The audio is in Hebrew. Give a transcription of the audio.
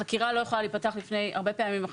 החקירה לא יכולה להיפתח לפני 45 ימים הרבה פעמים,